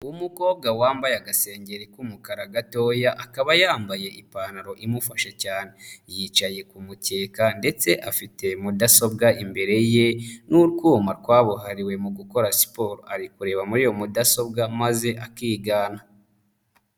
Umukobwa wambaye agasengengeri k'umukara gatoya, akaba yambaye ipantaro imufashe cyane, yicaye ku mukeka ndetse afite mudasobwa imbere ye n'utwuma twabuhariwe mu gukora siporo, ari kureba muri iyo mudasobwa maze akigana